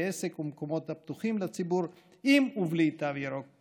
עסק ומקומות הפתוחים לציבור עם ובלי תו ירוק,